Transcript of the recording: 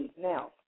now